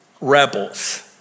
rebels